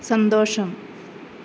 സന്തോഷം